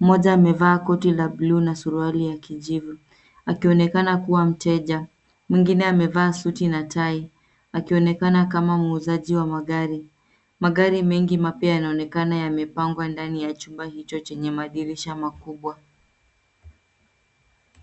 Mmoja amevaa koti la buluu na suruali ya kijivu akionekana kuwa mteja. Mwingine amevaa suti na tai akionekana kama muuzaji wa magari. Magari mengi mapya yanaonekana yamepangwa ndani ya chumba hicho chenye madirisha makubwa.